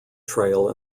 trail